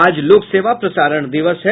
आज लोकसेवा प्रसारण दिवस है